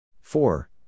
Four